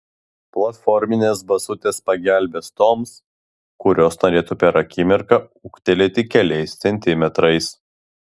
platforminės basutės pagelbės toms kurios norėtų per akimirką ūgtelėti keliais centimetrais